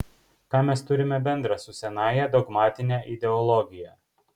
ką mes turime bendra su senąja dogmatine ideologija